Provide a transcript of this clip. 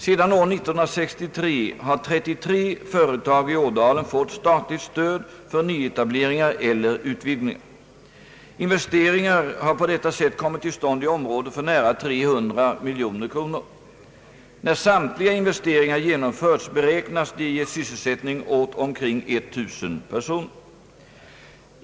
Sedan år 1963 har 33 företag i Ådalen fått statligt stöd för nyetableringar eller utvidgningar. Investeringar har på detta sätt kommit till stånd i området för nära 300 miljoner kronor. När samtliga investeringar genomförts beräknas de ge sysselsättning åt omkring 1000 personer.